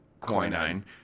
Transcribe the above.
quinine